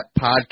Podcast